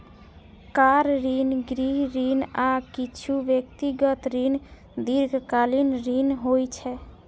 car ऋण, गृह ऋण, आ किछु व्यक्तिगत ऋण दीर्घकालीन ऋण होइ छै